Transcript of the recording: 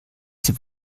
sie